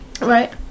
Right